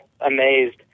amazed